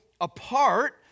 apart